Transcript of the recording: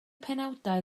penawdau